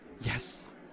yes